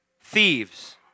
thieves